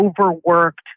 overworked